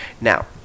Now